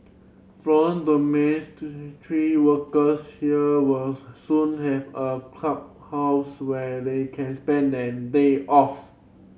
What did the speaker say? foreign workers here will soon have a clubhouse where they can spend their day off